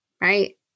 right